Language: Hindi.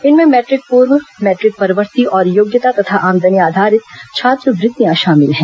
इनमें मैट्रिक पूर्व मैट्रिक परवर्ती और योग्यता तथा आमदनी आधारित छात्रवृत्तियां शामिल हैं